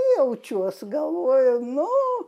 jaučiuos galvoju nu